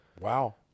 Wow